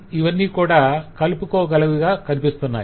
ఇవన్నీ కూడా 'clubbable' కలపగలిగే గుణం గా కనిపిస్తున్నాయి